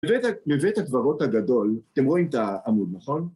מבית הקברות הגדול, אתם רואים את העמוד, נכון?